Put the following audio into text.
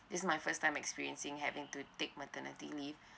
its my first time experiencing having to take maternity leave